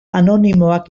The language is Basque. anonimoak